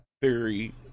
theory